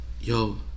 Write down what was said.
Yo